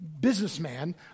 businessman